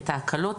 את ההקלות,